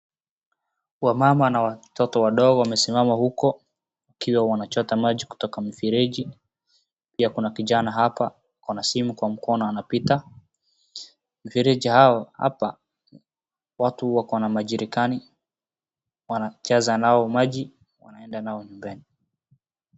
Wamama na watoto wadogo wamesimama huko wakiwa wanachota maji kutoka mfereji, pia kuna kijana hapa ako na simu kwa mkono anapita. Mfereji huo hapa watu wako na majerikani wanajaza nayo maji wanaenda nayo nyumbani.